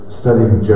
studying